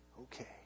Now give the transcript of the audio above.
okay